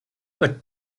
but